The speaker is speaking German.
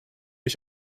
ich